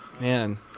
Man